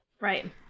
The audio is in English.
Right